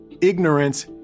ignorance